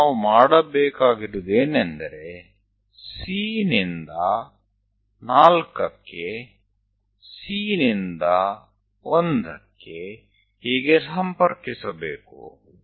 ಈಗ ನಾವು ಮಾಡಬೇಕಾಗಿರುವುದು ಏನೆಂದರೆ C ನಿಂದ 4 ಗೆ C ನಿಂದ 1 ಗೆ ಹೀಗೆ ಸಂಪರ್ಕಿಸಬೇಕು